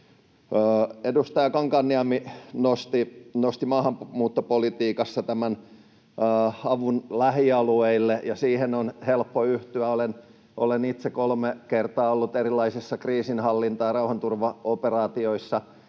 Edustaja Kankaanniemi nosti maahanmuuttopolitiikassa tämän avun lähialueille, ja siihen on helppo yhtyä. Olen itse kolme kertaa ollut erilaisissa kriisinhallinta‑ ja rauhanturvaoperaatioissa